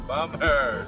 Bummer